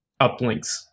uplinks